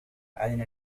علينا